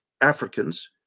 Africans